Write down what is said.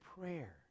prayer